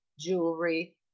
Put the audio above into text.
jewelry